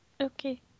Okay